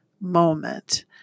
moment